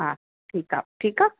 हा ठीकु आहे ठीकु आहे